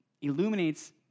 illuminates